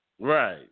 right